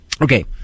Okay